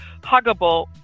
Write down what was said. huggable